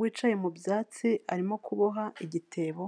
Wicaye mu byatsi arimo kuboha igitebo